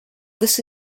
this